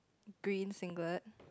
green singlet